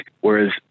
Whereas